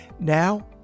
Now